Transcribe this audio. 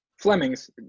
Flemings